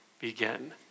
begin